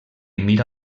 mira